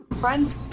friends